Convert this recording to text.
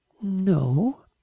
No